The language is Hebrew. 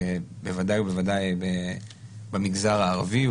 בוודאי ובוודאי במגזר הערבי,